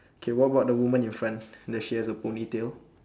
K what about the woman in front does she has a ponytail